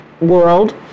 world